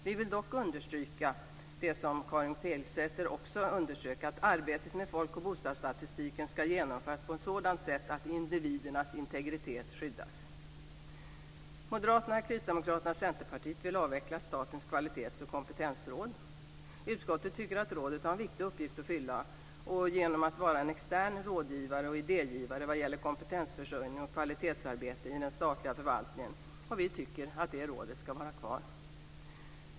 Vi vill dock understryka det som också Karin Pilsäter understrukit, nämligen att arbetet med folk och bostadsstatistiken ska genomföras på ett sådant sätt att individernas integritet skyddas. Moderaterna, Kristdemokraterna och Centerpartiet vill avveckla Statens kvalitets och kompetensråd. Utskottet tycker att rådet har en viktig uppgift att fylla genom att vara en extern råd och idégivare vad gäller kompetensförsörjning och kvalitetsarbete i den statliga förvaltningen, och vi tycker att det rådet ska vara kvar.